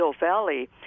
Valley